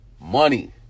money